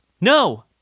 No